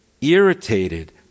irritated